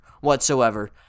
whatsoever